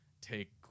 take